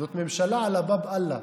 שזאת ממשלה עלא באב אללה.